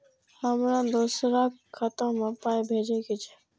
हमरा दोसराक खाता मे पाय भेजे के छै?